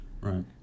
Right